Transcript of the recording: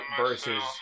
versus